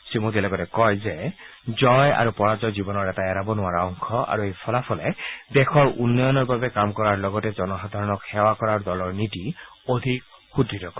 শ্ৰীমোডীয়ে লগতে কয় যে জয় আৰু পৰাজয় জীৱনৰ এটা এৰাব নোৱাৰা অংশ আৰু এই ফলাফলে দেশৰ উন্নয়নৰ বাবে কাম কৰাৰ লগতে জনসাধাৰণক সেৱা কৰাৰ দলৰ নীতিক অধিক সুদ্য় কৰিব